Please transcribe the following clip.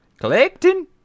collecting